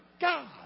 God